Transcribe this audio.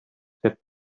said